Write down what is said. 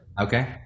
Okay